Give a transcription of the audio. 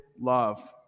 love